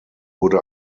wurde